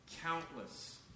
Countless